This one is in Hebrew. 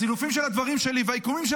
הסילופים של הדברים שלי והעיקומים של